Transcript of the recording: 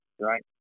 right